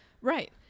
right